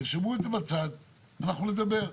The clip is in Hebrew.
תרשמו את זה בצד, אנחנו נדבר.